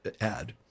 add